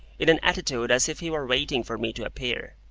in an attitude as if he were waiting for me to appear.